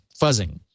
fuzzing